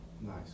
Nice